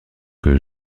que